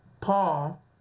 Paul